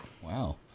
Wow